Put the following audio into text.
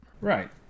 right